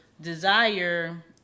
desire